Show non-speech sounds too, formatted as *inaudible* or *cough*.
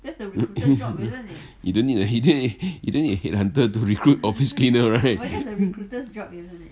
y~ yo~ you don't need a head hunter to recruit office cleaner right *laughs*